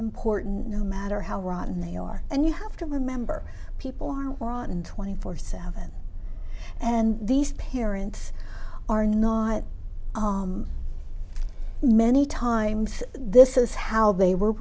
important no matter how rotten they are and you have to remember people are rotten twenty four seventh's and these parents are not many times this is how they were